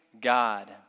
God